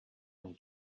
und